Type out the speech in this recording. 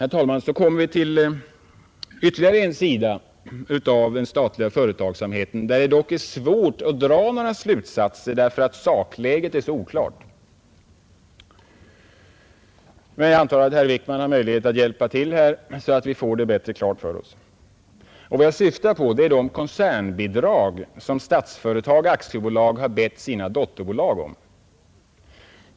Vi kommer, herr talman, nu till ytterligare en sida av den statliga företagsamheten, där det dock är svårt att dra några slutsatser därför att sakläget är så oklart. Men jag antar att herr Wickman har möjlighet att hjälpa till här, så att vi får det bättre klart för oss. Vad jag syftar på är de koncernbidrag som Statsföretag AB har bett sina dotterbolag om.